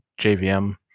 JVM